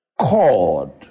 cord